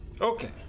Okay